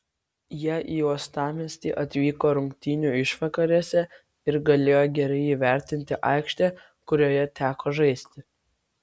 jie į uostamiestį atvyko rungtynių išvakarėse ir galėjo gerai įvertinti aikštę kurioje teko žaisti